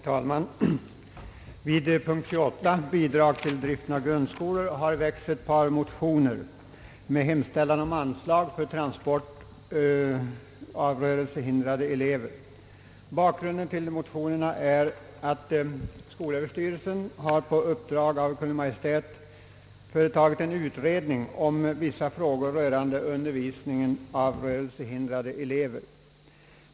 Herr talman! Vid punkt 28, Bidrag till driften av grundskolor m.m. har väckts ett par motioner med hemställan om anslag för transport av rörelsehindrade elever. Bakgrunden till motionen är att skolöverstyrelsen på uppdrag av Kungl. Maj:t har företagit en utredning om vissa frågor rörande undervisningen av rörelsehindrade elever.